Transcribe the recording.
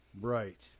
Right